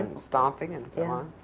stomping and so on.